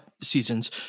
seasons